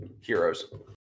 heroes